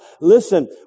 Listen